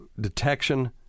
detection